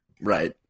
Right